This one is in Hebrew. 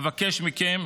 אבקש מכם